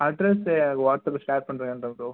address எனக்கு வாட்ஸ்அப்பில் share பண்ணுறேன் ப்ரோ